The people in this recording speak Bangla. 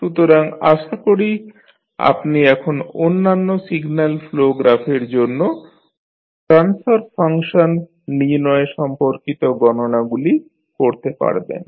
সুতরাং আশা করি আপনি এখন অন্যান্য সিগন্যাল ফ্লো গ্রাফের জন্য ট্রান্সফার ফাংশন নির্ণয় সম্পর্কিত গণনাগুলি করতে পারবেন